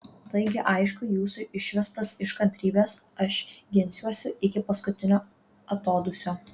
taigi aišku jūsų išvestas iš kantrybės aš ginsiuosi iki paskutinio atodūsio